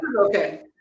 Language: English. Okay